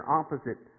opposite